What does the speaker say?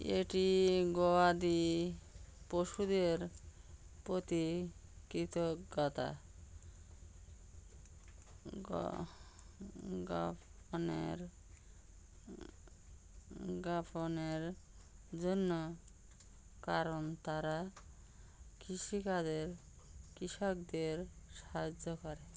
এটি গবাদি পশুদের প্রতি কৃতজ্ঞতা গ জ্ঞাপনের জ্ঞাপনের জন্য কারণ তারা কৃষিকাজে কৃষকদের সাহায্য করে